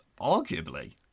arguably